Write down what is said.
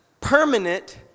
permanent